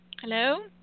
Hello